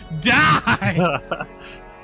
Die